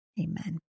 amen